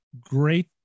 great